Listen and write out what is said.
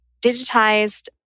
digitized